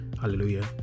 Hallelujah